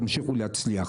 תמשיכו להצליח.